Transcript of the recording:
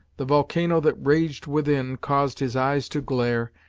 the volcano that raged within caused his eyes to glare,